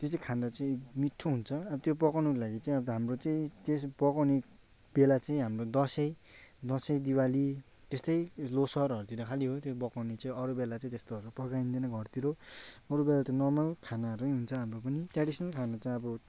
त्यो चाहिँ खाँदा चाहिँ मिठो हुन्छ अब त्यो पकाउनु लागि चाहिँ हाम्रो चाहिँ त्यस पकाउने बेला चाहिँ हाम्रो दसैँ दसैँ दिवाली त्यस्तै लोसारहरूतिर खालि हो त्यो पकाउने चाहिँ अरू बेला चाहिँ त्यस्तोहरू पकाइँदैन घरतिर अरूबेला त नर्मल खानाहरू नै हुन्छ हाम्रो पनि ट्रेडिसनल खाना चाहिँ अब